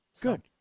Good